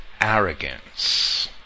arrogance